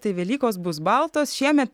tai velykos bus baltos šiemet